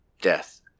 Death